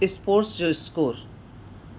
sports जो score